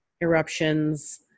eruptions